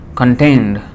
contained